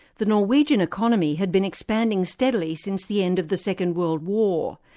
the norwegian economy had been expanding steadily since the end of the second world war.